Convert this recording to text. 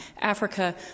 Africa